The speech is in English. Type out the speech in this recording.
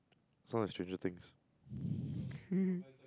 sounds like stranger things